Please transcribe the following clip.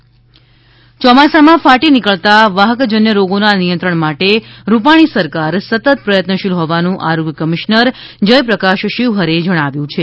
વાહ્કજન્ય રોગ નિયંત્રણ ચોમાસામાં ફાટી નીકળતા વાહક જન્ય રોગોના નિયંત્રણ માટે રૂપાણીસરકાર સતત પ્રયત્નશીલ હોવાનું આરોગ્ય કમિશ્નર જયપ્રકાશ શિવહરેએ જણાવ્યુ છે